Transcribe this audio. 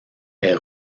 est